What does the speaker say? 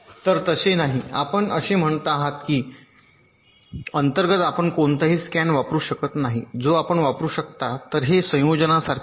तर तसे नाही की आपण असे म्हणत आहात की अंतर्गतपणे आपण कोणताही स्कॅन मार्ग वापरू शकत नाही जो आपण वापरू शकता तर हे संयोजनासारखे आहे